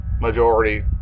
majority